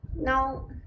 No